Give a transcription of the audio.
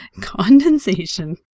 condensation